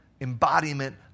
embodiment